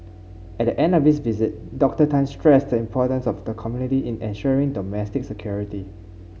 at the end of his visit Dr Tan stressed the importance of the community in ensuring domestic security